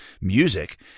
music